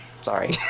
Sorry